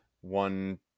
One –